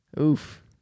Oof